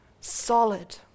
solid